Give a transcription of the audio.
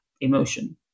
emotion